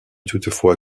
toutefois